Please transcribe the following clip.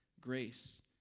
grace